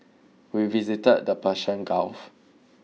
we visited the Persian Gulf